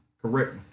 correct